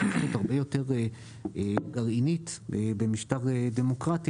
שהיא זכות הרבה יותר --- במשטר דמוקרטי,